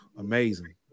amazing